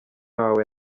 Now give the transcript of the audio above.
wawe